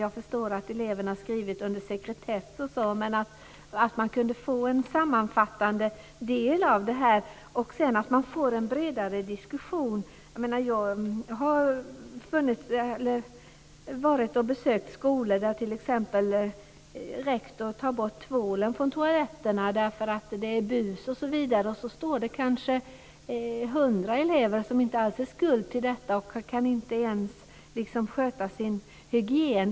Jag förstår att de skrivit under sekretess, men det kunde leda till att man får en bredare diskussion. Jag har besökt skolor där rektor t.ex. tagit bort tvålen från toaletterna därför att det varit bus. Då står där kanske 100 elever som inte alls är skuld till detta och kan inte ens sköta sin hygien.